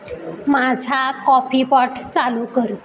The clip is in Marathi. माझा कॉफीपॉट चालू कर